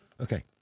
Okay